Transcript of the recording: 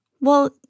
Well